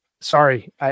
Sorry